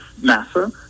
NASA